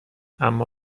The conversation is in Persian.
اما